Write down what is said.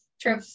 true